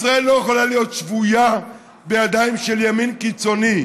ישראל לא יכולה להיות שבויה בידיים של ימין קיצוני,